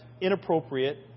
inappropriate